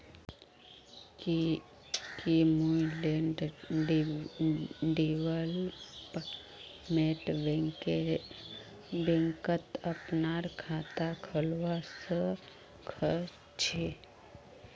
की मुई land development बैंकत अपनार खाता खोलवा स ख छी?